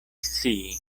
scii